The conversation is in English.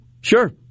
Sure